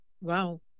Wow